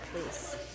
please